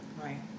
right